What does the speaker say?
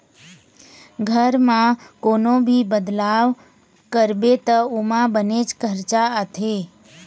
घर म कोनो भी बदलाव करबे त ओमा बनेच खरचा आथे